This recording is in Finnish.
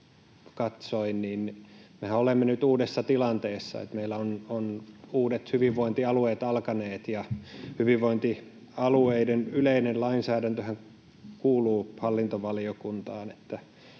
olemme nyt uudessa tilanteessa. Meillä ovat uudet hyvinvointialueet alkaneet, ja hyvinvointialueiden yleinen lainsäädäntöhän kuuluu hallintovaliokuntaan.